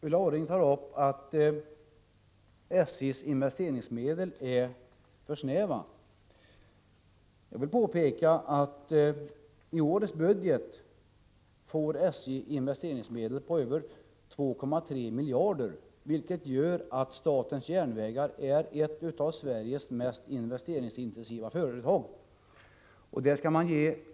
Ulla Orring påstår att SJ:s investeringsramar är för snäva. Jag vill påpeka att SJ i årets budget får investeringsmedel på över 2,3 miljarder, vilket gör att statens järnvägar är ett av Sveriges mest investeringsintensiva företag.